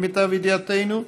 למיטב ידיעתנו.